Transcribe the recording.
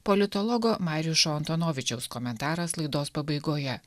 politologo mariušo antonovičiaus komentaras laidos pabaigoje